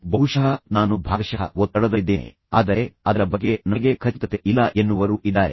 ಬಹುಶಃ ನಾನು ಭಾಗಶಃ ಒತ್ತಡದಲ್ಲಿದ್ದೇನೆ ಆದರೆ ಅದರ ಬಗ್ಗೆ ನನಗೆ ಖಚಿತತೆ ಇಲ್ಲ ಎನ್ನುವವರೂ ಇದ್ದಾರೆ